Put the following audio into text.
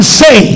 say